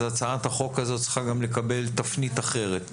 הצעת החוק הזאת צריכה גם לקבל תפנית אחרת.